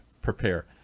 prepare